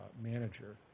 manager